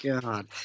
God